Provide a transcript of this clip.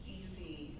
easy